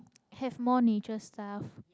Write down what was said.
have more nature stuff